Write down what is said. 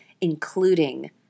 including